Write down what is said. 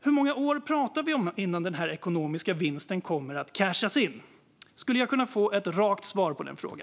Hur många år pratar vi om innan denna ekonomiska vinst kommer att cashas in? Jag vill ha ett rakt svar på denna fråga.